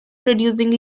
producing